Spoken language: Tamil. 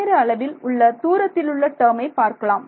நேர அளவில் உள்ள தூரத்திலுள்ள டேர்மை பார்க்கலாம்